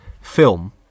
film